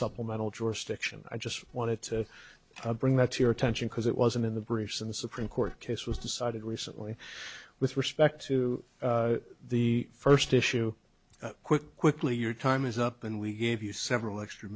supplemental jurisdiction i just wanted to bring that to your attention because it wasn't in the briefs in the supreme court case was decided recently with respect to the first issue quick quickly your time is up and we gave you several extra